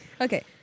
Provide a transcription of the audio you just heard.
Okay